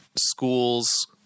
schools